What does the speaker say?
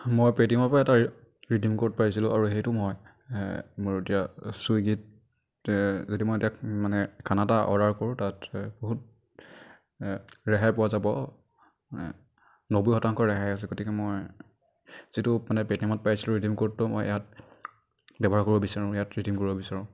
মই পে' টি এমৰপৰা এটা ৰিডিং ক'ড পাইছিলোঁ আৰু সেইটো মই মোৰ এতিয়া ছুইগীত যদি মই তাত মানে খানা এটা অৰ্ডাৰ কৰোঁ তাতে বহুত ৰেহাই পোৱা যাব নব্বৈ শতাংশ ৰেহাই আছে গতিকে মই যিটো মানে পে' টি এমত পাইছিলোঁ ৰিডিং ক'ডটো মই ইয়াত ব্যৱহাৰ কৰিব বিচাৰোঁ ইয়াত ৰিডিং কৰিব বিচাৰোঁ